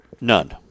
None